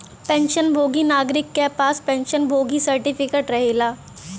pension भोगी नागरिक क पास पेंशन भोगी सर्टिफिकेट रहेला